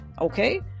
Okay